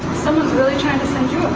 someones really trying to send you